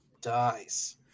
dies